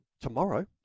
tomorrow